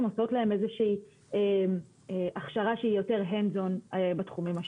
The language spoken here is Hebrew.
עושות להם איזו שהיא הכשרה שהיא יותר hands on בתחומים השונים.